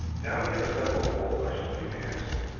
now we have a couple poll questions for you to answer.